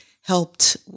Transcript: helped